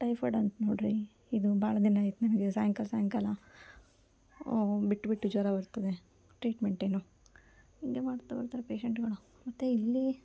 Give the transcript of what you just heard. typhoid ಅಂತ ನೋಡಿರಿ ಇದು ಭಾಳ ದಿನ ಆಯ್ತು ನನಗೆ ಸಾಂಯ್ಕಾಲ ಸಾಯಂಕಾಲ ಬಿಟ್ಟು ಬಿಟ್ಟು ಜ್ವರ ಬರ್ತದೆ ಟ್ರೀಟ್ಮೆಂಟೇನು ಹಿಂಗೆ ಮಾಡ್ತಾ ಹೋದ್ರೆ ಪೇಶೆಂಟ್ಗಳು ಮತ್ತು ಇಲ್ಲಿ